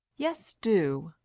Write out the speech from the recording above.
yes, do.